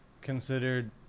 considered